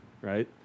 right